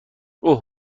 اوه